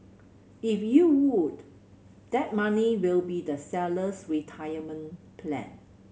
if you would that money will be the seller's retirement plan